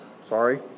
Sorry